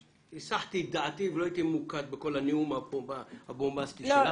הסחת את דעתי ולא הייתי ממוקד בכל הנאום הבומבסטי שלך,